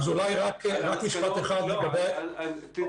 אולי רק משפט אחד לגבי --- לא.